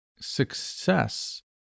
success